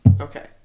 Okay